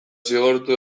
zigortu